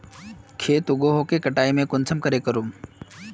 खेत उगोहो के कटाई में कुंसम करे करूम?